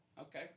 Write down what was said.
Okay